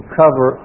cover